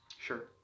Sure